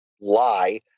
lie